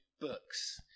books